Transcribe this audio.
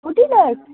forty lake